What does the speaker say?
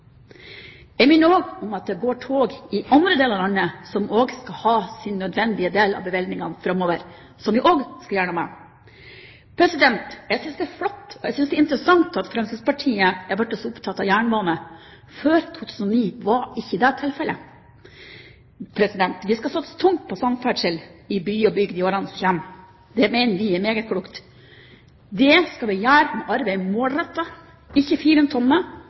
Jeg minner også om at det går tog i andre deler av landet, som også skal ha sin nødvendige del av bevilgningene framover, dette skal vi også gjøre noe med. Jeg synes det er flott og interessant at Fremskrittspartiet har blitt så opptatt av jernbane. Før 2009 var ikke det tilfelle. Vi skal satse tungt på samferdsel i by og bygd i årene som kommer. Det mener vi er meget klokt. Det skal vi gjøre ved å arbeide målrettet og ikke fire en